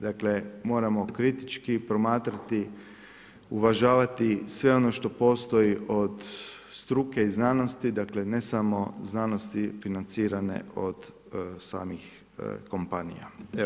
Dakle moramo kritički promatrati, uvažavati sve ono što postoji od struke i znanosti, dakle ne samo znanosti financirane od samih kompanija.